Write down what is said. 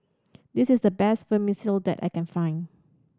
this is the best Vermicelli that I can find